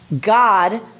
God